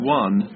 one